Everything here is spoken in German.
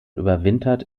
überwintert